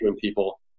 people